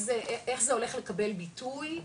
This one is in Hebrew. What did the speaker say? איך זה הולך לקבל ביטוי,